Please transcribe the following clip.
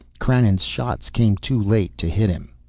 krannon's shots came too late to hit him.